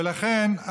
ולכן,